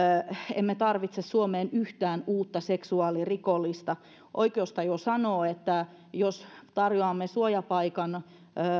emme tarvitse suomeen yhtään uutta seksuaalirikollista oikeustaju sanoo että jos tarjoamme suojapaikan